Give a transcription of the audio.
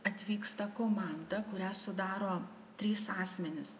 atvyksta komanda kurią sudaro trys asmenys